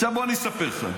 עכשיו בוא אני אספר לך,